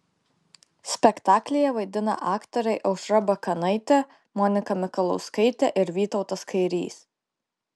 spektaklyje vaidina aktoriai aušra bakanaitė monika mikalauskaitė ir vytautas kairys